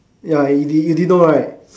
ya you didn't you didn't right